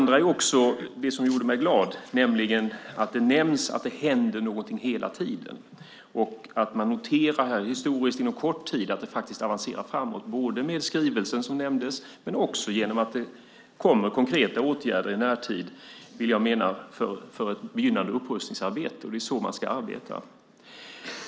Den andra saken som gjorde mig glad är att det nämns att det händer någonting hela tiden och att man noterar, historiskt inom kort tid, att det faktiskt avancerar framåt, både genom den skrivelse som nämndes och genom att det kommer konkreta åtgärder i närtid, vill jag mena, för ett begynnande upprustningsarbete. Det är så man ska arbeta.